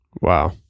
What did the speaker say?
Wow